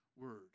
word